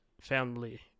family